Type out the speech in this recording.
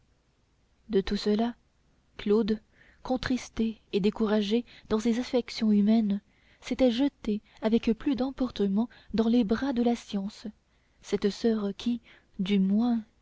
de tout cela claude contristé et découragé dans ses affections humaines s'était jeté avec plus d'emportement dans les bras de la science cette soeur qui du moins